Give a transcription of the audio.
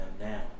now